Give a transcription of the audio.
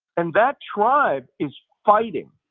and that tribe is fighting.